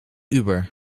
uber